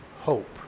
hope